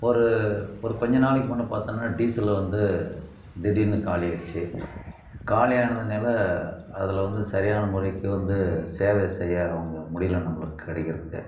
ஒரு ஒரு கொஞ்சம் நாளைக்கு முன்னேப் பார்த்தன்னா டீசல்லு வந்து திடீர்னு காலியாயிடுச்சு காலி ஆனதினால அதில் வந்து சரியான முறைக்கு வந்து சேவை செய்ய அவங்க முடியலிய நம்மளுக்கு கிடைக்கிறதுக்கு